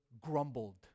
grumbled